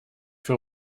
für